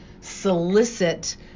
solicit